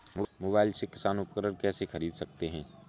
Mobile से किसान उपकरण कैसे ख़रीद सकते है?